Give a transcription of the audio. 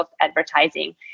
advertising